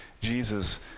Jesus